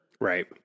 Right